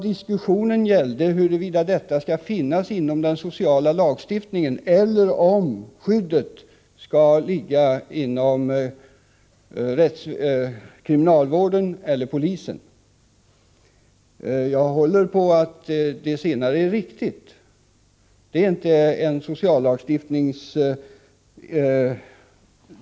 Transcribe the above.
Diskussionen gällde huruvida detta skall finnas inom den sociala lagstiftningen eller om skyddet skall ligga inom kriminalvården eller polisen. Jag håller på att det senare är det riktiga.